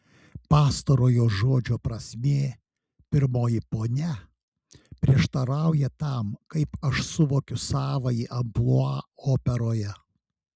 pastarojo žodžio prasmė pirmoji ponia prieštarauja tam kaip aš suvokiu savąjį amplua operoje